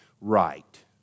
right